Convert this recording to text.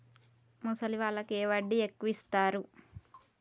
ముసలి వాళ్ళకు ఏ వడ్డీ ఎక్కువ ఇస్తారు?